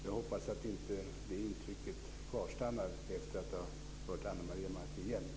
Jag hoppas att det intrycket inte kvarstannar efter att ha hört Ana Maria Narti igen.